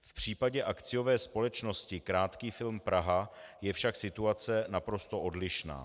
V případě akciové společnosti Krátký film Praha je však situace naprosto odlišná.